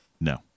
No